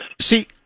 See